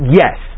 yes